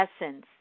essence